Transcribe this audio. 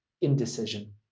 indecision